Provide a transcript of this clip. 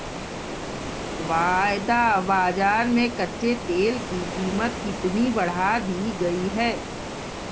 वायदा बाजार में कच्चे तेल की कीमत कितनी बढ़ा दी गई है?